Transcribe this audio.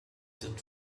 sind